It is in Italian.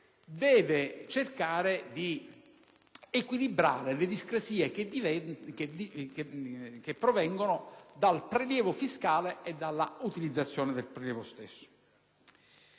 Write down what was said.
che tenta di equilibrare le discrasie che provengono dal prelievo fiscale e dalla utilizzazione dello stesso.